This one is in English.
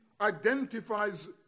identifies